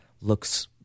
looks